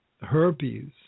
herpes